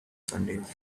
sundays